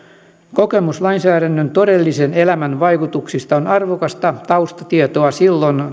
kokemus lainsäädännön todellisen elämän vaikutuksista on arvokasta taustatietoa silloin